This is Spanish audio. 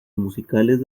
musicales